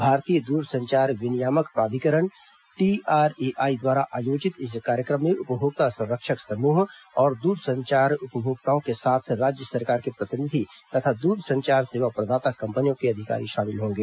भारतीय दूरसंचार विनियामक प्राधिकरण टीआरएआई द्वारा आयोजित इस कार्यक्रम में उपभोक्ता संरक्षक समूह और दूरसंचार उपभोक्ताओं के साथ राज्य सरकार के प्रतिनिधि तथा दूरसंचार सेवा प्रदाता कम्पनियों के अधिकारी शामिल होंगे